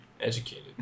educated